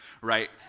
right